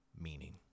meaning